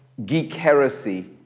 geek heresy,